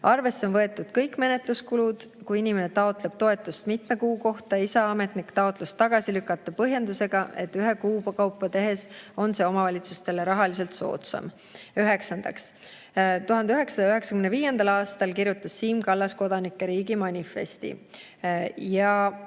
Arvesse on võetud kõik menetluskulud. Kui inimene taotleb toetust mitme kuu kohta, ei saa ametnik taotlust tagasi lükata põhjendusega, et ühe kuu kaupa tehes on see omavalitsustele rahaliselt soodsam. Üheksandaks: "1995. aastal kirjutas Siim Kallas kodanike riigi manifestis: